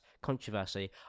controversy